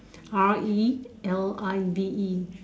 R E L I V E